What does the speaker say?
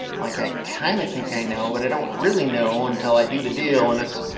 like i kind of think i know but i don't really know until i do the deal and it's,